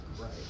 right